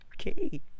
okay